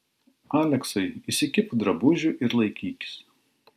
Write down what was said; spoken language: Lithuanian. aleksai įsikibk drabužių ir laikykis